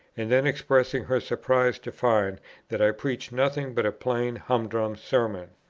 and then expressing her surprise to find that i preached nothing but a plain humdrum sermon.